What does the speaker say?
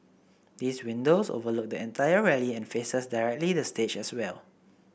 these windows overlook the entire rally and faces directly the stage as well